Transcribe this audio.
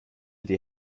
die